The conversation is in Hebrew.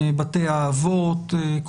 בתי האבות,